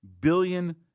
billion